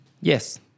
Yes